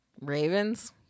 Ravens